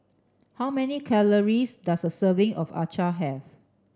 how many calories does a serving of Acar have